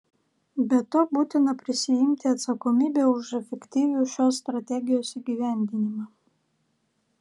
be to būtina prisiimti atsakomybę už efektyvų šios strategijos įgyvendinimą